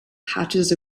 patches